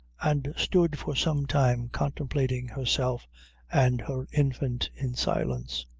and stood for some time contemplating herself and her infant in silence.